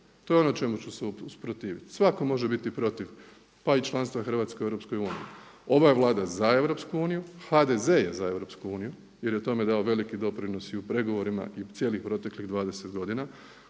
To je ono čemu ću se usprotiviti. Svatko može biti protiv pa i članstva Hrvatske u EU. Ova je Vlada za Europsku uniju, HDZ je za EU jer je tome dao veliki doprinos i u pregovorima i cijelih protekli 20 godina.